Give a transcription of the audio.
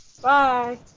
Bye